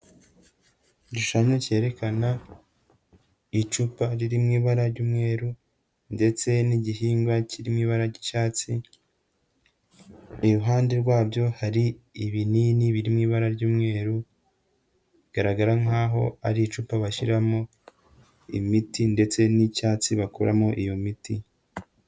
Igishushanyo cyerekana icupa riri mu ibara ry'umweru ndetse n'igihingwa kiri mu ibara ry'icyatsi, iruhande rwabyo hari ibinini birimo ibara ry'umweru bigaragara nkaho ari icupa bashyiramo imiti ndetse n'icyatsi bakuramo iyo miti.